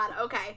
okay